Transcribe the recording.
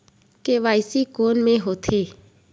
KYC कोन में होथे?